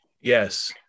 Yes